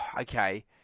Okay